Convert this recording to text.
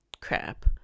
crap